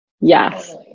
yes